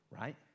right